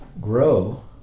grow